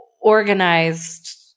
organized